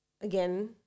again